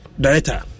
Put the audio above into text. director